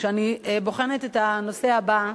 כשאני בוחנת את הנושא הבא,